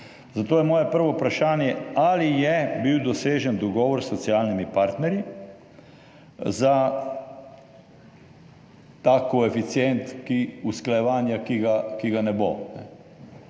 Zato je moje prvo vprašanje. Ali je bil dosežen dogovor s socialnimi partnerji za ta koeficient usklajevanja, ki ga ne bo?